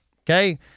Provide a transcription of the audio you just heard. Okay